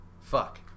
Fuck